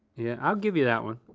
yeah, i'll give you that one.